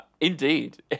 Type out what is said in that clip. Indeed